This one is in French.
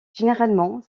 généralement